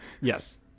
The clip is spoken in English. yes